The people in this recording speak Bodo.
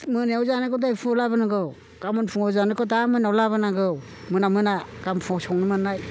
मोनायाव जानायखौ दहाय फुङाव लाबोनांगौ गाबोन फुङाव जानोखौ दा मोनायाव लाबोनांगौ मोना मोना गामोन फुङाव संनो मोननाय